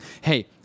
hey